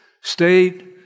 state